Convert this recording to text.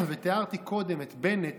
תיארתי קודם את בנט